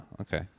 Okay